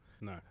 no